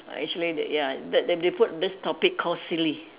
actually they ya that they put put this topic call silly